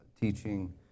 teaching